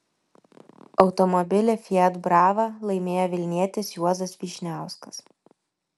automobilį fiat brava laimėjo vilnietis juozas vyšniauskas